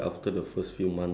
ya